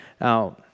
Now